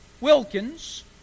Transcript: Wilkins